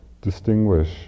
distinguish